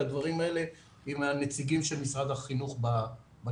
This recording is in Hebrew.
הדברים האלה עם הנציגים של משרד החינוך בתחום.